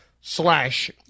slash